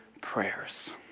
prayers